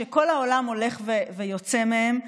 שכל העולם הולך ויוצא מהם,